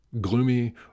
gloomy